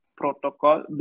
protocol